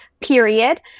period